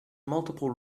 multiple